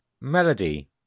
melody